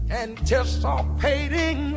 anticipating